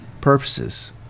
purposes